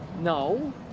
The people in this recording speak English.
No